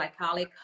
glycolic